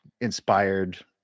inspired